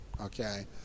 Okay